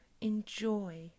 Enjoy